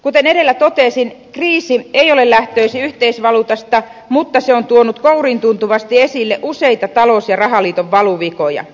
kuten edellä totesin kriisi ei ole lähtöisin yhteisvaluutasta mutta se on tuonut kouriintuntuvasti esille useita talous ja rahaliiton valuvikoja